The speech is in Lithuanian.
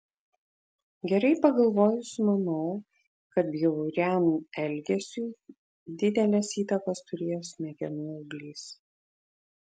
gerai pagalvojus manau kad bjauriam elgesiui didelės įtakos turėjo smegenų auglys